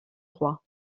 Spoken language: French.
roi